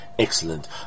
Excellent